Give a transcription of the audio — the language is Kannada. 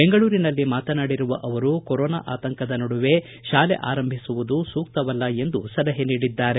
ಬೆಂಗಳೂರಿನಲ್ಲಿ ಮಾತನಾಡಿರುವ ಅವರು ಕೊರೊನಾ ಆತಂಕದ ನಡುವೆ ಶಾಲೆ ಆರಂಭಿಸುವುದು ಸೂಕ್ತವಲ್ಲ ಎಂದು ಸಲಹೆ ನೀಡಿದ್ದಾರೆ